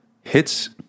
hits